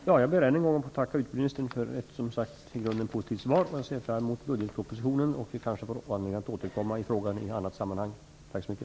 Fru talman! Jag vill tacka utbildningsministern för ett i grunden positivt svar. Jag ser fram emot budgetpropositionen. Vi kanske får anledning att återkomma till frågan i ett annat sammanhang. Tack så mycket.